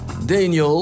Daniel